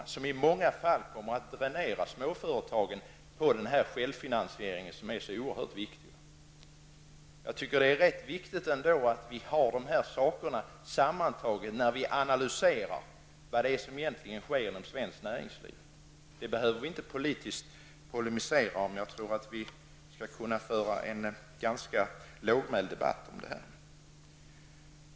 Den skärpta beskattningen kommer i många fall att dränera småföretagen på den självfinansiering som är så oerhört viktig. Det är ändå rätt viktigt att vi ser till dessa faktorer sammantaget när vi analyserar vad det är som egentligen sker inom svenskt näringsliv. Det behöver vi inte politiskt polemisera om. Jag tror att vi skall kunna föra en ganska lågmäld debatt om dessa saker.